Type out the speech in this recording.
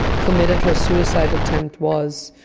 committed her suicide attempt was.